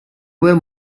were